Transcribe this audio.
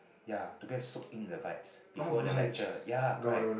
ya to get soak in the vibes before the lecture ya correct